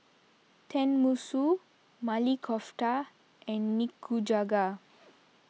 Tenmusu Maili Kofta and Nikujaga